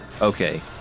okay